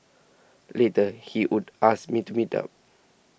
later he would ask me to meet up